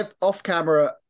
Off-camera